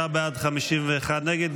33 בעד, 51 נגד.